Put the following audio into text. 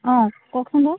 অঁ কওকচোন বাৰু